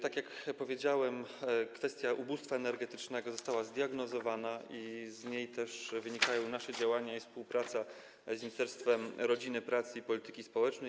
Tak jak powiedziałem, kwestia ubóstwa energetycznego została zdiagnozowana i z niej też wynikają nasze działania i współpraca z Ministerstwem Rodziny, Pracy i Polityki Społecznej.